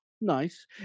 Nice